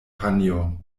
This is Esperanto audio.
panjo